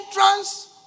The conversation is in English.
entrance